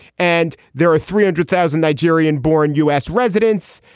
and there are three hundred thousand nigerian born u s. residents.